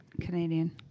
Canadian